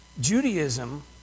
Judaism